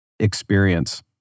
Experience